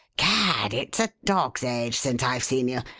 gad! it's a dog's age since i've seen you.